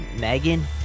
Megan